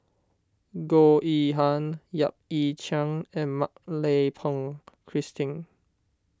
Goh Yihan Yap Ee Chian and Mak Lai Peng Christine